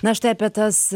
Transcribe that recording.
na štai apie tas